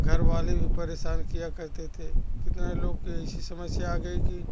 घर वाले भी परेशान किया करते थे कितने लोग की ऐसी समस्या आ गई कि